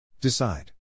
Decide